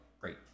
Great